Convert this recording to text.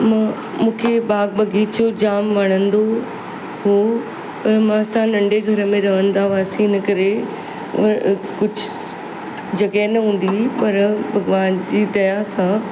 मु मूंखे बाग बगीचो जाम वणंदो हो ऐं मां असां नंढे घर में रहंदा हुआसीं हिन करे कुझु जॻह न हूंदी हुइ पर भॻवान जी दया सां